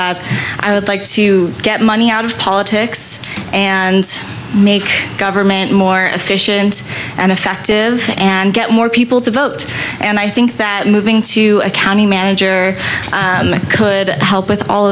that i would like to get money out of politics and make government more efficient and effective and get more people to vote and i think that moving to a county manager could help with all